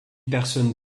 personne